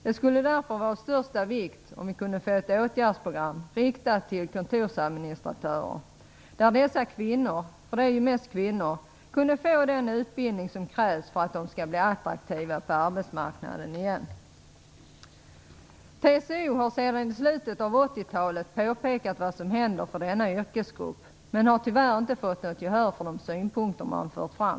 Det skulle därför vara av största vikt att få ett åtgärdsprogram riktat till kontorsadministratörer, där kvinnorna - för de är ju mest kvinnor - kunde få den utbildning som krävs för att de skall bli attraktiva på arbetsmarknaden igen. TCO har sedan slutet av 80-talet påpekat vad som händer för denna yrkesgrupp men har tyvärr inte fått något gehör för de synpunkter som man fört fram.